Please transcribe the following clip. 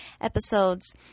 episodes